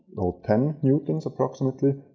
or ten newtons, approximately.